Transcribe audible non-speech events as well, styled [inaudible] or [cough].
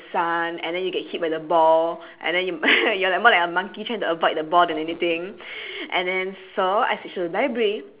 sun and then you get hit by the ball and then you [laughs] you are more like a monkey trying to avoid the ball than anything and then so I switched to library